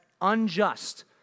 unjust